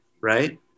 right